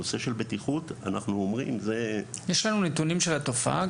הנושא של בטיחות אנחנו אומרים זה --- יש לנו נתונים של התופעה,